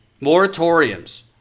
moratoriums